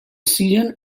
season